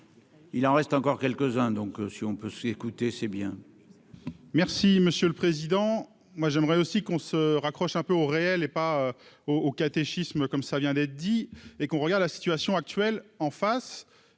Il en reste encore quelques-uns donc si on peut écoutez c'est bien.